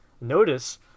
notice